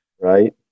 Right